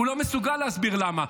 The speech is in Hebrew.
הוא לא מסוגל להסביר למה.